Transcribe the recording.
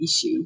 issue